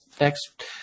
next